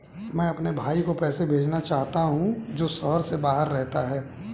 मैं अपने भाई को पैसे भेजना चाहता हूँ जो शहर से बाहर रहता है